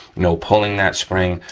no pulling that spring.